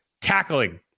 tackling